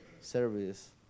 service